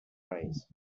fries